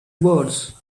boards